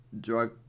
drug